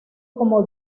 como